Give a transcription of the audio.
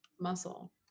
muscle